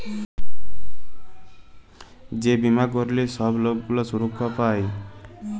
যে বীমা ক্যইরলে ছব লক গুলা সুরক্ষা পায়